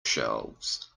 shelves